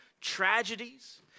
tragedies